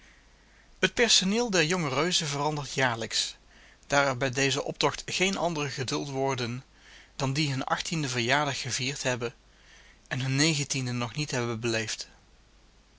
het personeel der jonge reuzen verandert jaarlijks daar er bij dezen optocht geen andere geduld worden dan die hun achttienden verjaardag gevierd hebben en hun negentienden nog niet hebben beleefd